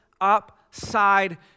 upside